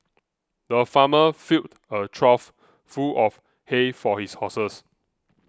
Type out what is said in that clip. the farmer filled a trough full of hay for his horses